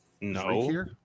No